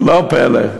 לא פלא.